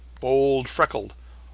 bold freckled,